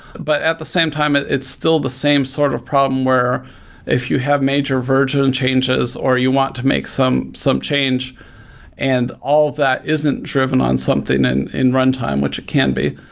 but at the same time, it's still the same sort of problem where if you have major virtual and changes or you want to make some some change and all of that isn't driven on something and in runtime, which is can be,